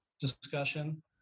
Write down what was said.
discussion